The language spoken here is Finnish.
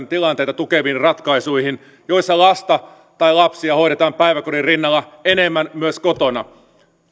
tilanteita tukeviin ratkaisuihin joissa lasta tai lapsia hoidetaan päiväkodin rinnalla enemmän myös kotona